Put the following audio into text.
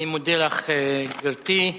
אני מודה לך, גברתי.